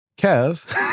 Kev